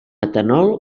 etanol